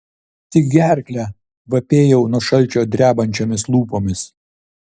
tik gerklę vapėjau nuo šalčio drebančiomis lūpomis